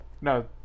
No